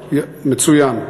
מצוין.